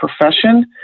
profession